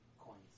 coins